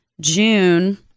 June